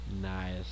Nice